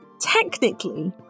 Technically